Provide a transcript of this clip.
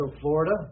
Florida